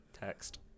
text